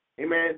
amen